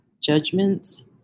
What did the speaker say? judgments